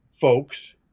folks